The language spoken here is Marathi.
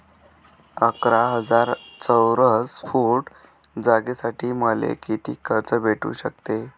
अकरा हजार चौरस फुट जागेसाठी मले कितीक कर्ज भेटू शकते?